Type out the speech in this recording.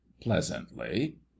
pleasantly